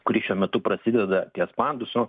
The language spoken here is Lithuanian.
kuri šiuo metu prasideda ties pandusu